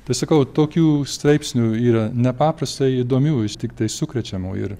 tai sakau tokių straipsnių yra nepaprastai įdomių ištiktai sukrečiamų ir